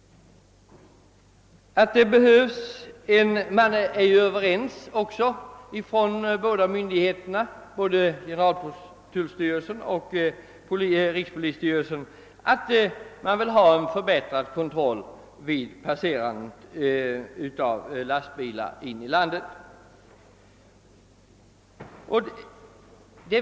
Generaltullstyrelsen och rikspolisstyrelsen är överens om att man vill ha en förbättrad kontroll, då lastbilar passerar in i landet.